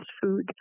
food